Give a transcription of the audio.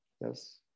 yes